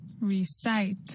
Recite